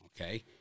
Okay